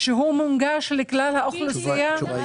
האם אדם